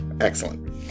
Excellent